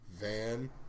Van